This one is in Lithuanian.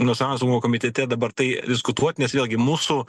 nasianio saugumo komitete dabar tai diskutuot nes vėlgi mūsų